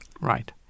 Right